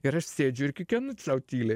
ir aš sėdžiu ir kikenu sau tyliai